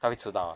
他会迟到 ah